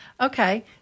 Okay